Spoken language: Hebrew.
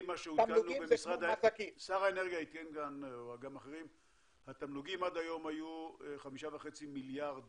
שר האנרגיה ואחרים עדכנו כאן התמלוגים עד היום היו 5.5 מיליארד